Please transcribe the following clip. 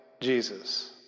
Jesus